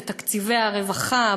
בתקציבי הרווחה,